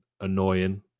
annoying